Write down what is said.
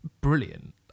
brilliant